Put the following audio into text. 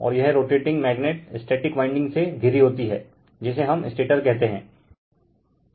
और यह rotating magnet static winding से घिरी होती है जिसे हम स्टेटर कहते है